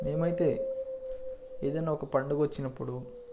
మేమైతే ఏదైన ఒక పండుగ వచ్చినప్పుడు